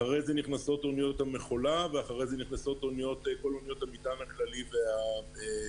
אחרי זה נכנסות אוניות המכולה ואחרי זה כל אוניות המטען הכללי והצובר.